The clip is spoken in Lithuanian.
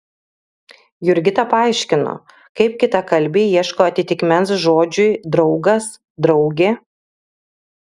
jurgita paaiškino kaip kitakalbiai ieško atitikmens žodžiui draugas draugė